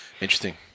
Interesting